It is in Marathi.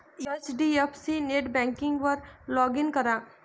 एच.डी.एफ.सी नेटबँकिंगवर लॉग इन करा